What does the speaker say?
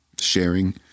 sharing